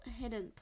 hidden